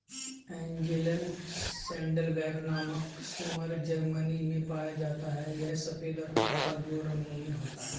Angeln saddleback नामक सूअर Germany में पाया जाता है यह सफेद और काला दो रंगों में होता है